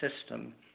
system